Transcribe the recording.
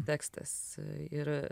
tekstas ir